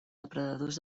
depredadors